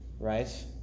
Right